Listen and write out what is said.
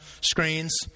screens